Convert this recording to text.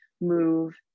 move